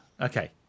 Okay